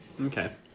Okay